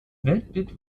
weltbild